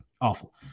awful